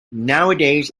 nowadays